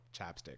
chapstick